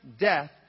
death